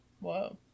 Whoa